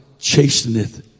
Chasteneth